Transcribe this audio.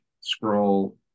scroll